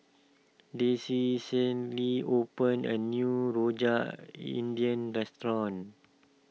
Desi opened a new Rojak India restaurant